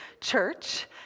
church